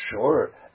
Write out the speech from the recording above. sure